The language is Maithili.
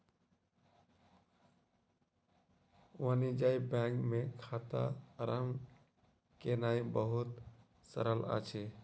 वाणिज्य बैंक मे खाता आरम्भ केनाई बहुत सरल अछि